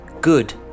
good